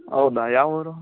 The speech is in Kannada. ಹೌದ ಯಾವ ಊರು